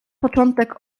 początek